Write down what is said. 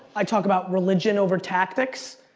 i talk about religion over tactics.